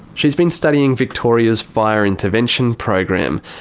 she's been studying victoria's fire intervention program,